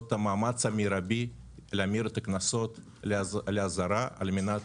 את המאמץ המרבי להמיר את הקנסות לאזהרה על מנת